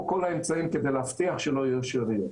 כל האמצעים כדי להבטיח שלא יהיו שאריות.